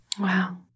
Wow